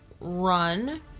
run